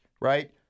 right